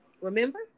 Remember